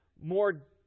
More